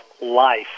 life